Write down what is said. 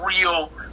real